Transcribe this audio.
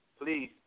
Please